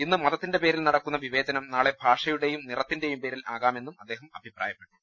ഇന്ന് മതത്തിന്റെ പേരിൽ നടക്കുന്ന വിവേചനം നാളെ ഭാഷയുടെയും നിറത്തിന്റെയും പേരിൽ ആകാമെന്നും അദ്ദേഹം അഭിപ്രായപ്പെട്ടു